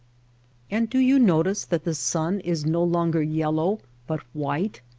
and do you notice that the sun is no longer yellow but white,